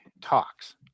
talks